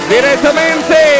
Direttamente